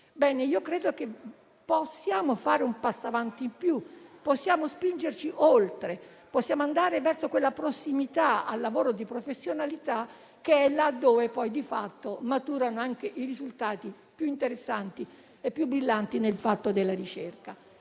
Credo che possiamo fare un passo avanti in più e spingerci oltre, andando verso quella prossimità al lavoro di professionalità che è là dove poi di fatto maturano anche i risultati più interessanti e più brillanti nella ricerca.